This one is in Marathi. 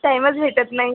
टाईमच भेटत नाही